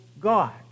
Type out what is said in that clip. God